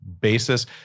basis